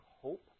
hope